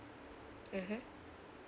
mmhmm